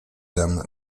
them